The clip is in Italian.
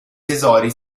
tesori